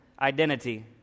identity